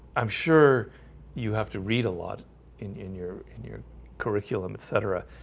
i'm sure you have to read a lot in in your in your curriculum etc.